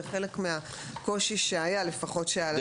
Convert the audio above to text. זה חלק מהקושי שעלה בדיונים קודמים.